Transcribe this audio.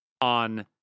on